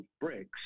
bricks